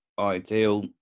ideal